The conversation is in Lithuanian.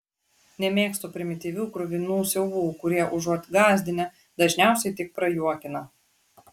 nemėgstu primityvių kruvinų siaubų kurie užuot gąsdinę dažniausiai tik prajuokina